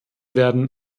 werden